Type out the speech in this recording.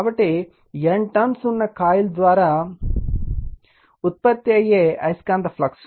కాబట్టి N turns ఉన్న ఒక కాయిల్ ద్వారా ఉత్పత్తి అయ్యే అయస్కాంత ఫ్లక్స్